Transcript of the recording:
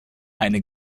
eine